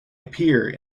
appear